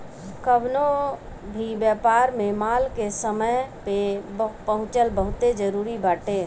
कवनो भी व्यापार में माल के समय पे पहुंचल बहुते जरुरी बाटे